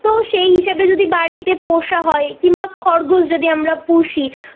তো সেই হিসাবে যদি বাড়িতে পোষা হয় কিম্বা খরগোশ যদি আমরা পুষি